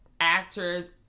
actors